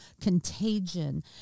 Contagion